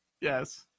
Yes